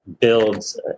builds